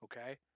okay